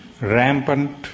rampant